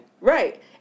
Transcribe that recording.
Right